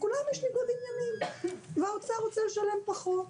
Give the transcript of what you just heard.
לכולם יש ניגוד עניינים והאוצר רוצה לשלם פחות.